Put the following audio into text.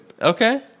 Okay